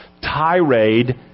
tirade